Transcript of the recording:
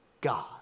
God